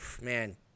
man